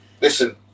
Listen